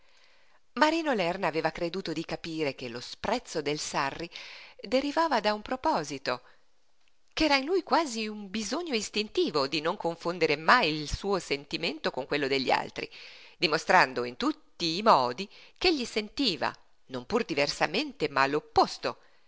marino lerna aveva creduto di capire che lo sprezzo del sarri derivava da un proposito ch'era in lui quasi bisogno istintivo di non confonder mai il suo sentimento con quello degli altri dimostrando in tutti i modi ch'egli sentiva non pur diversamente ma